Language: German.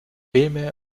filme